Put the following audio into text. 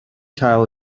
trial